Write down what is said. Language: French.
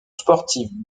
sportive